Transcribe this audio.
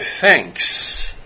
thanks